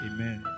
Amen